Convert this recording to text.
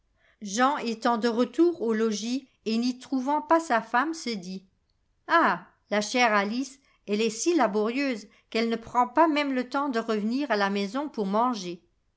jean étant de retour au logis et n'y trouvant pas sa femme se dit ah la chère alice elle est si laborieuse qu'elle ne prend pas même le temps de revenir à la maison pour manger